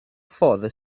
father